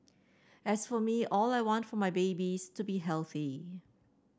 as for me all I want for my babies to be healthy